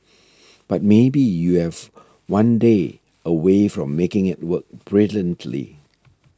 but maybe you have one day away from making it work brilliantly